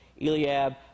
Eliab